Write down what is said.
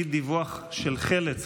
אי-דיווח של חל"צ,